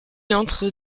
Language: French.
entre